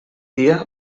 dia